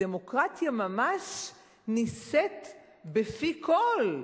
הדמוקרטיה ממש נישאת בפי כול.